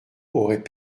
aurait